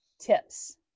tips